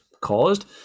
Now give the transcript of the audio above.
caused